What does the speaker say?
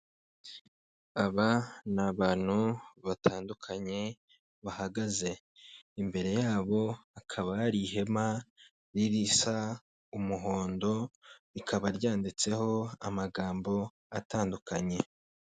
Aba ni abantu batandukanye bahagaze imbere yabo hakaba hari ihema risa n'umuhondo rikaba ryanditseho amagambo atandukanye.